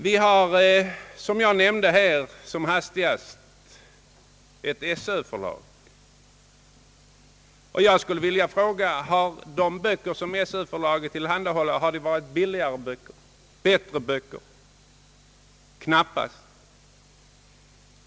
Det finns, som jag tidigare som hastigast nämnde, ett Sö-förlag. Har de böcker som detta förlag tillhandahållit varit billigare och bättre än andra? Knappast!